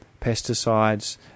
pesticides